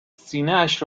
سینهاش